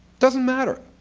doesn't matter.